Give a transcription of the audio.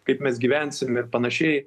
kaip mes gyvensim ir panašiai